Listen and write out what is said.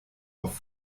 auf